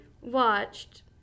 watched